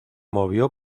movió